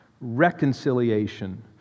reconciliation